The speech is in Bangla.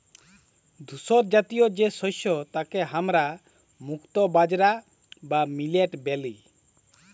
ধূসরজাতীয় যে শস্য তাকে হামরা মুক্তা বাজরা বা মিলেট ব্যলি